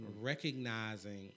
Recognizing